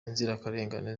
inzirakarengane